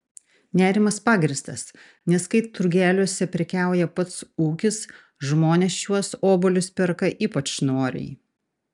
nerimas pagrįstas nes kai turgeliuose prekiauja pats ūkis žmonės šiuos obuolius perka ypač noriai